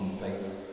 faith